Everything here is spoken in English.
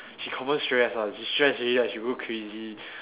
she confirm stress one she stress already right she go crazy